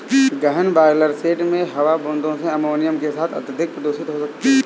गहन broiler shed में हवा बूंदों से अमोनिया के साथ अत्यधिक प्रदूषित हो सकती है